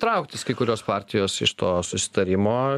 trauktis kai kurios partijos iš to susitarimo